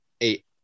eight